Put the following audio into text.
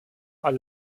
are